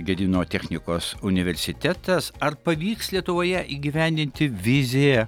gedimino technikos universitetas ar pavyks lietuvoje įgyvendinti viziją